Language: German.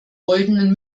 goldenen